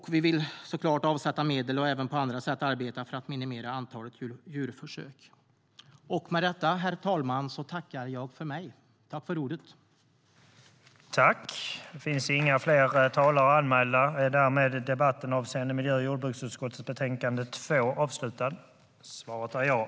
Vi vill avsätta medel och även på andra sätt arbeta för att minimera antalet djurförsök. Överläggningen var härmed avslutad.(Beslut skulle fattas den 19 december.